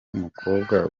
umukobwa